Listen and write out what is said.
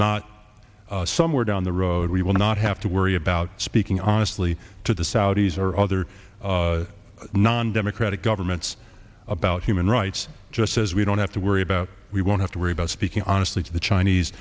not somewhere down the road we will not have to worry about speaking honestly to the saudis or other non democratic governments about human rights just as we don't have to worry about we won't have to worry about speaking honestly to the chinese